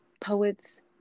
Poets